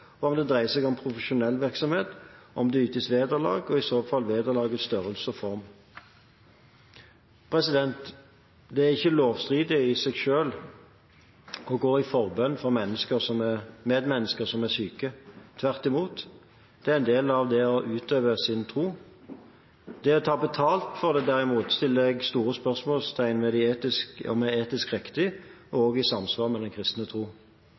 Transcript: og om det dreier seg om profesjonell virksomhet, om det ytes vederlag, og i så fall vederlagets størrelse og form. Det er ikke lovstridig i seg selv å gå i forbønn for medmennesker som er syke. Tvert imot, det er en del av det å utøve sin tro. Det å ta betalt for det, derimot, stiller jeg store spørsmål ved om er etisk riktig og i samsvar med den kristne tro.